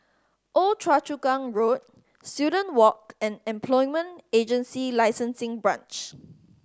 Old Choa Chu Kang Road Student Walk and Employment Agency Licensing Branch